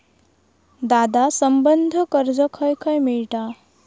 दादा, संबंद्ध कर्ज खंय खंय मिळता